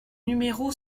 numéro